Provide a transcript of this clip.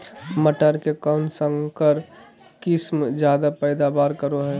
मटर के कौन संकर किस्म जायदा पैदावार करो है?